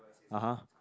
(uh huh)